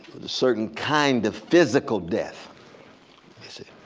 certain kind of physical death you see.